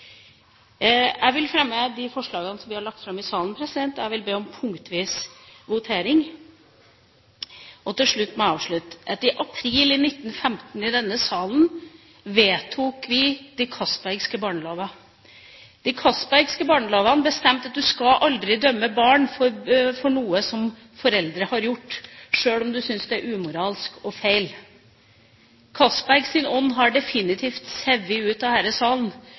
Jeg vil fremme de forslagene som vi har lagt fram i salen. Jeg vil be om punktvis votering. Så må jeg avslutte: I april i 1915 i denne salen vedtok vi de Castbergske barnelover. De Castbergske barnelovene bestemte at du aldri skal dømme barn for noe som foreldre har gjort, sjøl om du syns det er umoralsk og feil. Castbergs ånd har definitivt sivet ut av denne salen,